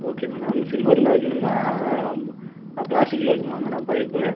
okay madam சில்வரில் வைக்கணுமா பிளாஸ்டிக்கில் வைக்கணுமா மேடம் பைப்பு